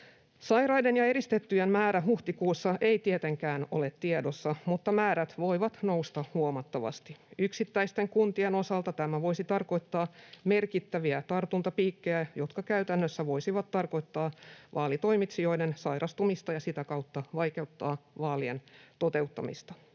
Sairaiden ja eristettyjen määrä huhtikuussa ei tietenkään ole tiedossa, mutta määrät voivat nousta huomattavasti. Yksittäisten kuntien osalta tämä voisi tarkoittaa merkittäviä tartuntapiikkejä, jotka käytännössä voisivat tarkoittaa vaalitoimitsijoiden sairastumista ja sitä kautta vaikeuttaa vaalien toteuttamista.